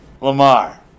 Lamar